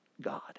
God